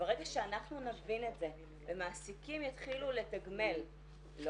וברגע שאנחנו נבין את זה ומעסיקים יתחילו לתגמל לא